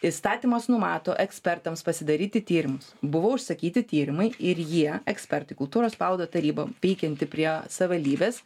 įstatymas numato ekspertams pasidaryti tyrimus buvo užsakyti tyrimai ir jie ekspertai kultūros paveldo taryba veikianti prie savivaldybės